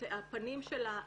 הפנים שלה,